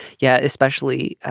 yeah. especially